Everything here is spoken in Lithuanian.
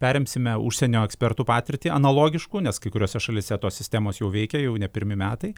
perimsime užsienio ekspertų patirtį analogiškų nes kai kuriose šalyse tos sistemos jau veikia jau ne pirmi metai